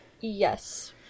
yes